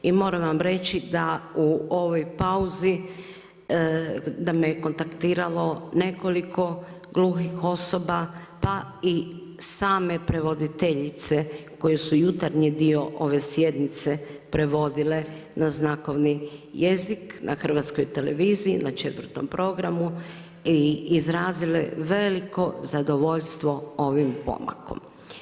I moram vam reći da u ovoj pauzi, da me kontaktiralo nekoliko gluhih osoba pa i same prevoditeljice koje su jutarnji dio ove sjednice prevodile na znakovni jezik na Hrvatskoj televiziji na Četvrtom programu i izrazile veliko zadovoljstvo ovim pomakom.